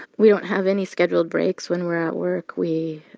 we don't have any scheduled breaks when we're at work. we